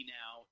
now